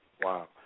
Wow